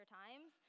times